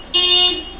a